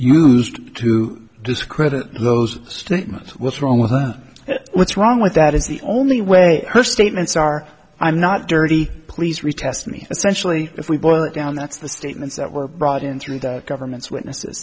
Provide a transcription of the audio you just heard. used to discredit those statements what's wrong with her what's wrong with that is the only way her statements are i'm not dirty please retest me essentially if we boil it down that's the statements that were brought in through the government's witnesses